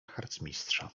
harcmistrza